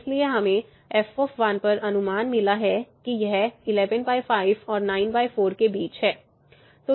इसलिए हमें f पर अनुमान मिला कि यह 115 और 94 के बीच है